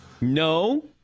No